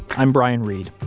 i'm brian reed.